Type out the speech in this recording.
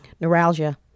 neuralgia